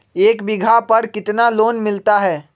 एक बीघा पर कितना लोन मिलता है?